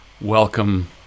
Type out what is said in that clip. welcome